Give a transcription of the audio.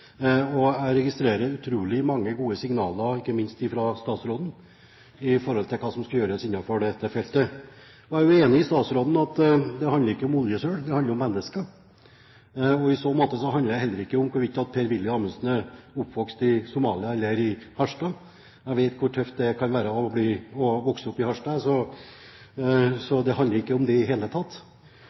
Jeg registrerer utrolig mange gode signaler, ikke minst fra statsråden, med tanke på hva som skal gjøres innenfor dette feltet. Jeg er enig med statsråden i at dette ikke handler om oljesøl, det handler om mennesker. I så måte handler det heller ikke om hvorvidt Per-Willy Amundsen er oppvokst i Somalia eller i Harstad. Jeg vet hvor tøft det kan være å vokse opp i Harstad, så det handler ikke om det i det hele tatt.